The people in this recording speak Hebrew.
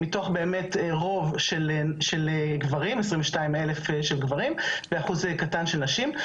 מתוך באמת רוב של גברים 22,000 ואחוז קטן של נשים,